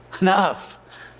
Enough